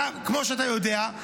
כמו שאתה יודע,